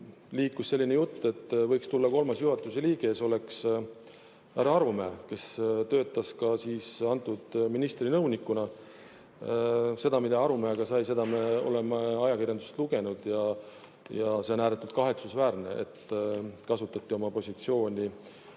liikus selline jutt, et võiks tulla kolmas juhatuse liige, kes oleks olnud härra Arumäe, kes töötas ka antud ministri nõunikuna. Seda, mis Arumäega sai, me oleme ajakirjandusest lugenud. See on ääretult kahetsusväärne, et oma positsiooni